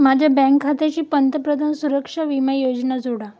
माझ्या बँक खात्याशी पंतप्रधान सुरक्षा विमा योजना जोडा